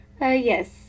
Yes